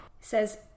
says